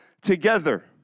together